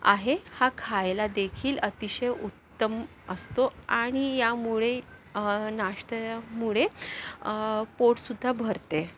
आहे हा खायला देखील अतिशय उत्तम असतो आणि यामुळे नाश्त्यामुळे पोटसुद्धा भरते